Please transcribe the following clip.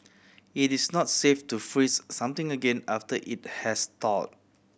it is not safe to freeze something again after it has thaw